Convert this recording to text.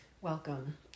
welcome